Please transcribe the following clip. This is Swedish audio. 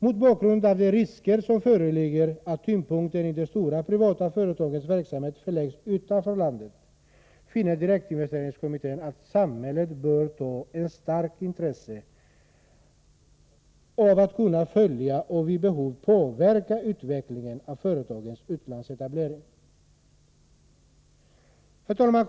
Mot bakgrund av de risker som föreligger för att tyngdpunkten i de stora privata företagens verksamhet förläggs utom landet finner direktinvesteringskommittén att samhället bör ha ett starkt intresse av att kunna följa och vid behov påverka utvecklingen av företagens utlandsetableringar. Herr talman!